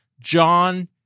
John